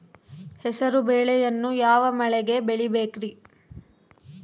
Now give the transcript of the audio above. ಹೆಸರುಬೇಳೆಯನ್ನು ಯಾವ ಮಳೆಗೆ ಬೆಳಿಬೇಕ್ರಿ?